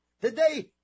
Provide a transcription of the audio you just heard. Today